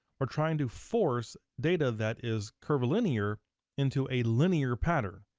we're trying to force data that is curvilinear into a linear pattern,